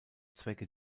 zwecke